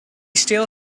still